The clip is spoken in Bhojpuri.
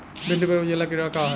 भिंडी पर उजला कीड़ा का है?